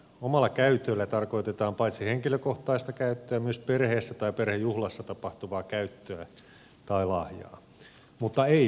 omalla käytöllä tarkoitetaan paitsi henkilökohtaista käyttöä myös perheessä tai perhejuhlassa tapahtuvaa käyttöä tai lahjaa mutta ei muuta